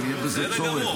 אם יהיה בזה צורך.